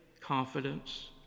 confidence